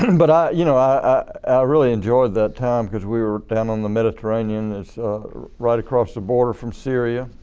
and but you know i really enjoyed that time because we were down on the mediterranean it's right across the border from syria.